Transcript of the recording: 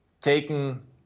taken